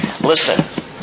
Listen